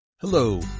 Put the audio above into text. Hello